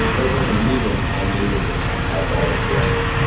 we're talking millions and millions of taxpayer dollars here, aren't we.